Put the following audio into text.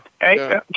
Hey